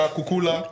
Kukula